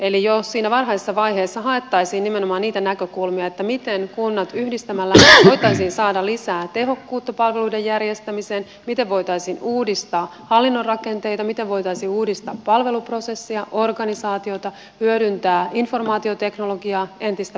eli jo siinä varhaisessa vaiheessa haettaisiin nimenomaan niitä näkökulmia miten kunnat yhdistämällä voitaisiin saada lisää tehokkuutta palveluiden järjestämiseen miten voitaisiin uudistaa hallinnon rakenteita miten voitaisiin uudistaa palveluprosessia organisaatiota hyödyntää informaatioteknologiaa entistä paremmin